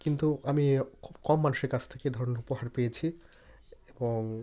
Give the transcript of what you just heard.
কিন্তু আমি কম মানুষের কাছ থেকে এ ধরনের উপহার পেয়েছি এবং